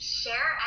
share